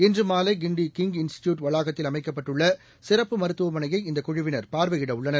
இன்றுமாலைகிண்டிகிப் institute வளாகத்தில் அமைக்கப்பட்டுள்ளசிறப்பு மருத்துவமனையை இந்தக் குழுவினர் பார்வையிடவுள்ளனர்